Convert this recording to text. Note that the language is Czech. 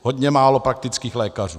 Hodně málo praktických lékařů.